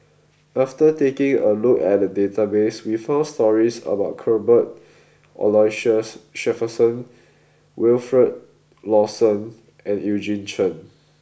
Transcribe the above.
after taking a look at the database we found stories about Cuthbert Aloysius Shepherdson Wilfed Lawson and Eugene Chen